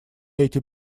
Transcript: эти